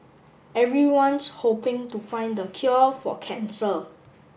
everyone's hoping to find the cure for cancer